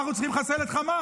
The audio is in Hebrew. ואנחנו צריכים לחסל את החמאס.